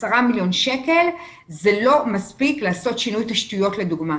10 מיליון שקל לא מספיקים כדי לעשות שינוי תשתיות למשל,